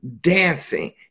dancing